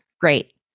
Great